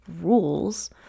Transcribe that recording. rules